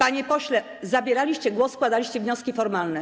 Panie pośle, zabieraliście głos, składaliście wnioski formalne.